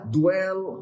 dwell